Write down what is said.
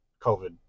COVID